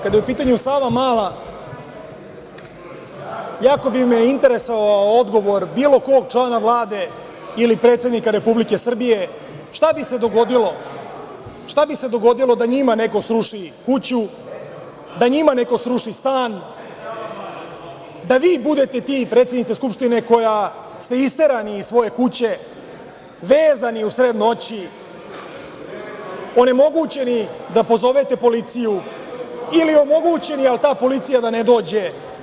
Kada je u pitanju Savamala, jako bi me interesovao odgovor bilo kog člana Vlade, ili predsednika Republike Srbije šta bi se dogodilo da njima neko sruši kuću, da njima neko sruši stan, da vi budete ti, predsednice Skupštine, koja ste isterani iz svoje kuće, vezani u sred noći, onemogućeni da pozovete policiju, ili omogućeni, ali ta policija da ne dođe.